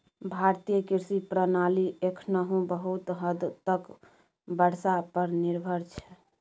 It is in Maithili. भारतीय कृषि प्रणाली एखनहुँ बहुत हद तक बर्षा पर निर्भर छै